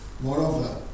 Moreover